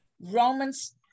romans